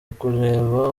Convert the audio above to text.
ukureba